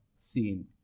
seen